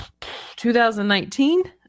2019